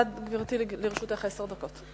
בבקשה, גברתי, לרשותך עשר דקות.